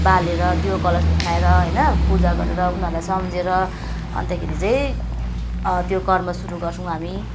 बालेर दियो कलश उठाएर होइन पूजा गरेर उनीहरूलाई सम्झिएर अन्तखेरि चाहिँ त्यो कर्म सुरु गर्छौँ हामी